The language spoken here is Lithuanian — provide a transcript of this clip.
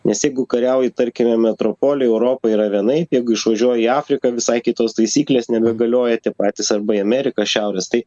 nes jeigu kariauji tarkime metropoly europoj yra vienaip jeigu išvažiuoji į afriką visai kitos taisyklės nebegalioja tie patys arba į ameriką šiaurės tai